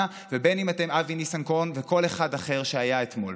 ובין שאתם אבי ניסנקורן או כל אחד אחר שהיה אתמול.